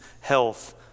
health